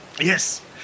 Yes